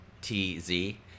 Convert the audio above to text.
T-Z